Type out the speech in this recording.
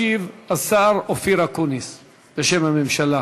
ישיב השר אופיר אקוניס בשם הממשלה.